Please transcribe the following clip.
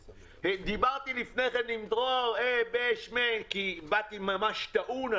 דיברתי לפני כן עם דרור כי באתי ממש טעון,